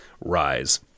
rise